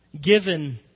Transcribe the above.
given